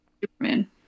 superman